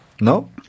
No